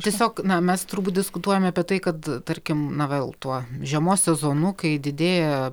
tiesiog na mes turbūt diskutuojam apie tai kad tarkim na vėl tuo žiemos sezonu kai didėja